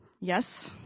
Yes